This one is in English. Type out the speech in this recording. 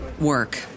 work